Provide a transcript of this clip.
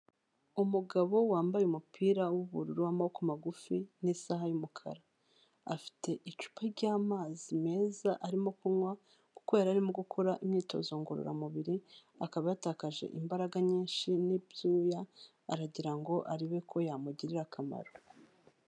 Umugabo wambaye umupira w'ubururu w'amaboko magufi n'isaha y'umukara, afite icupa ry'amazi meza arimo kunywa, kuko yari arimo gukora imyitozo ngororamubiri, akaba yatakaje imbaraga nyinshi n'ibyuya, aragira ngo arebe ko yamugirira akamaro.